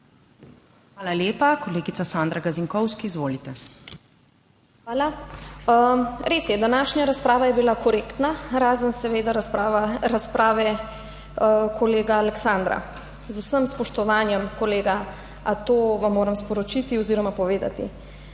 Hvala lepa. Kolegica Sandra Gazinkovski, izvolite. SANDRA GAZINKOVSKI (PS Svoboda): Hvala. Res je, današnja razprava je bila korektna, razen seveda razprave kolega Aleksandra. Z vsem spoštovanjem, kolega, a to vam moram sporočiti oziroma povedati.